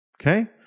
okay